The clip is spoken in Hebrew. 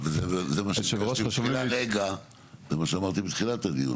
זה מה שאמרתי בתחילת הדיון,